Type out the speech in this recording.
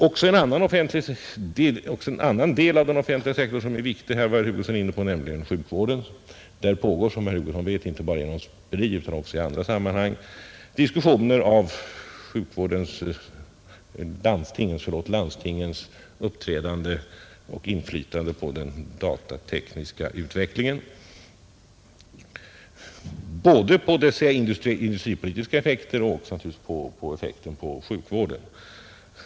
Också en annan del av den offentliga sektorn som är viktig var herr Hugosson inne på, nämligen sjukvården. Där pågår som herr Hugosson vet inte bara inom SPRI utan också i andra sammanhang diskussioner om landstingens uppträdande som beställare och deras inflytande på den datatekniska utvecklingen — både på den industripolitiska effekten och på effekten på sjukvården.